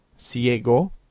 Ciego